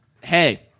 Hey